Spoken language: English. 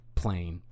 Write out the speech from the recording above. plain